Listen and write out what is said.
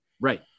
Right